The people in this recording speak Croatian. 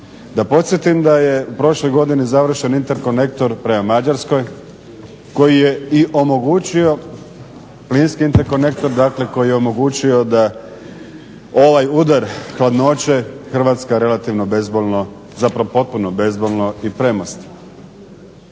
Da podsjetim da je u prošloj godini završen interkonektor prema Mađarskoj koji je i omogućio, plinski interkonektor, dakle koji je omogućio da ovaj udar hladnoće Hrvatska relativno bezbolno, zapravo potpuno bezbolno i premosti.